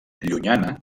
llunyana